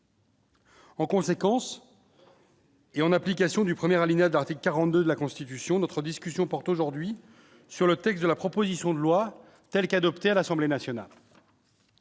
En conséquence. Et en application du premier alinéa de l'article 42 de la Constitution notre discussion porte aujourd'hui sur le texte de la proposition de loi telle qu'adoptée à l'Assemblée nationale